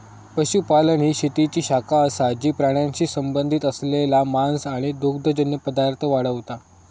पशुपालन ही शेतीची शाखा असा जी प्राण्यांशी संबंधित असलेला मांस आणि दुग्धजन्य पदार्थ वाढवता